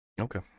Okay